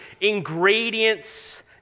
ingredients